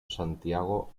santiago